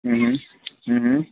हूं हूं हूं हूं